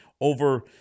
over